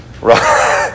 right